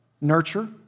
Nurture